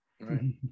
right